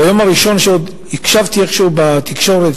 ביום הראשון שעוד הקשבתי איכשהו בתקשורת,